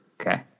Okay